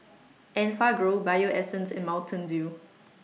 Enfagrow Bio Essence and Mountain Dew